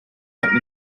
let